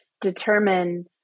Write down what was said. determine